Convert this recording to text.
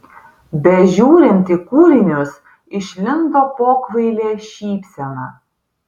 bežiūrint į kūrinius išlindo pokvailė šypsena